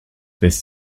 this